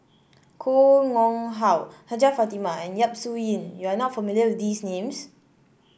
Koh Nguang How Hajjah Fatimah and Yap Su Yin you are not familiar with these names